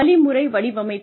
வழிமுறை வடிவமைப்பு